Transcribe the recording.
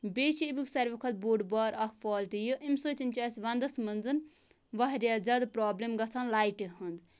بیٚیہِ چھ اَمیُک ساروی کھۄتہٕ بوٚڈ بار اَکھ فالٹ یہِ اَمہِ سۭتۍ چھُ اَسہِ وَندَس مَنز واریاہ زیادٕ پرابلم گَژھان لایٹہِ ہِند